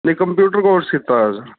ਮੈਂ computer course ਕੀਤਾ ਹੋਇਆ ਸਰ